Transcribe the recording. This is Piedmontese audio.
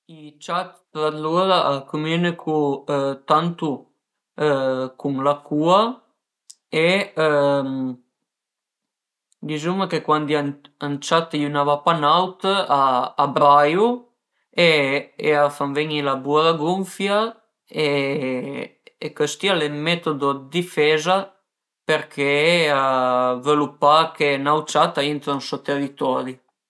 I ciat tra lur a cumünicu tantu cun la cua e dizuma chë cuandi a ün ciat a i n'a va pa n'aut a braiu e a fan ven-i la bura gunfia e chëstì al e ël metodo dë diseza përché a völu pa chë n'aut ciat a intra ën so teritori